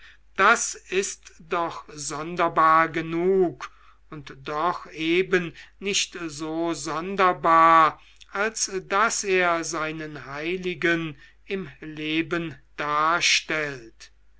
das ist doch sonderbar genug und doch eben nicht so sonderbar als daß er seinen heiligen im leben darstellt